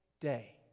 day